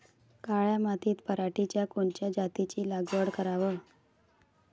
काळ्या मातीत पराटीच्या कोनच्या जातीची लागवड कराव?